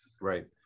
right